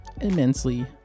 immensely